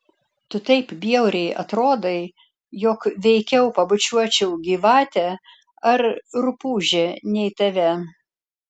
tu taip bjauriai atrodai jog veikiau pabučiuočiau gyvatę ar rupūžę nei tave